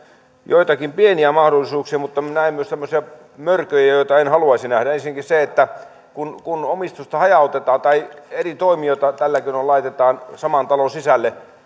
joitakin pieniä mahdollisuuksia mutta minä näen myös semmoisia mörköjä joita en haluaisi nähdä ensinnäkin kun kun omistusta hajautetaan tai eri toimijoita tällä keinoin laitetaan saman talon sisälle